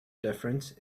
difference